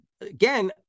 again